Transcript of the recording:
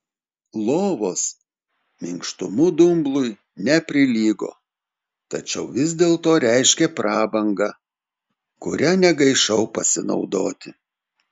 lovos minkštumu dumblui neprilygo tačiau vis dėlto reiškė prabangą kuria negaišau pasinaudoti